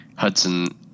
Hudson